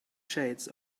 shades